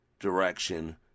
direction